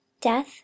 Death